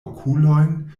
okulojn